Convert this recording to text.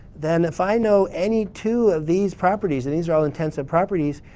then if i know any two of these properties, and these are all intensive properties,